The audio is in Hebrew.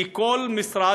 כי כל משרד,